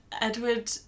Edward